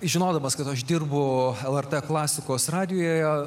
žinodamas kad aš dirbu lrt klasikos radijuje